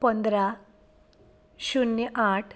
पंदरा शुन्य आठ